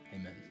amen